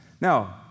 Now